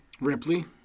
ripley